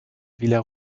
villa